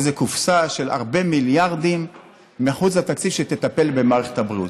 איזו קופסה של הרבה מיליארדים מחוץ לתקציב שתטפל במערכת הבריאות.